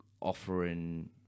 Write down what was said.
offering